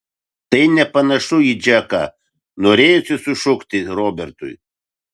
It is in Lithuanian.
tai nepanašu į džeką norėjosi sušukti robertui